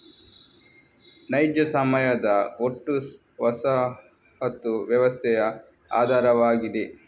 ನೈಜ ಸಮಯದ ಒಟ್ಟು ವಸಾಹತು ವ್ಯವಸ್ಥೆಯ ಆಧಾರವಾಗಿದೆ